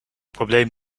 probleem